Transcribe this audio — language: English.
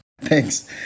Thanks